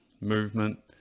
movement